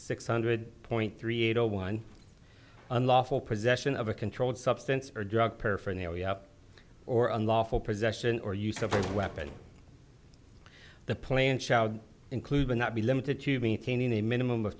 six hundred point three eight zero one unlawful possession of a controlled substance or drug paraphernalia or unlawful possession or use of a weapon the plan shall include but not be limited to maintaining a minimum of